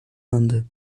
anda